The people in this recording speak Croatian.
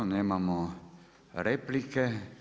Nemam replike.